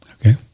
okay